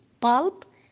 Pulp